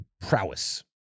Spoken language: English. prowess